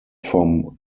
vom